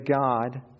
God